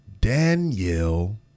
Danielle